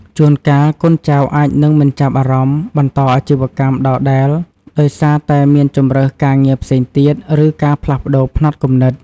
ជួនកាល កូនចៅអាចនឹងមិនចាប់អារម្មណ៍បន្តអាជីវកម្មដដែលដោយសារតែមានជម្រើសការងារផ្សេងទៀត ឬការផ្លាស់ប្ដូរផ្នត់គំនិត។